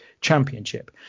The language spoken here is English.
championship